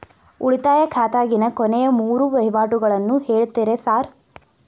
ಉಳಿತಾಯ ಖಾತ್ಯಾಗಿನ ಕೊನೆಯ ಮೂರು ವಹಿವಾಟುಗಳನ್ನ ಹೇಳ್ತೇರ ಸಾರ್?